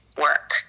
work